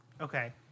Okay